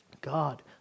God